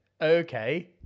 Okay